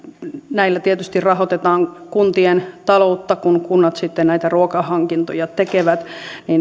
näillä tietysti rahoitetaan kuntien ta loutta kun kunnat näitä ruokahankintoja tekevät